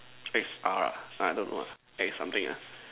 X R ah I don't know lah X something ah